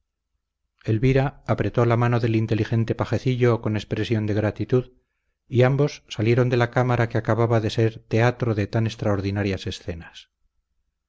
elvira apretó la mano del inteligente pajecillo con expresión de gratitud y ambos salieron de la cámara que acababa de ser teatro de tan extraordinarias escenas